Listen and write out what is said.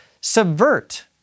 subvert